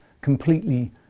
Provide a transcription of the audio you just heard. completely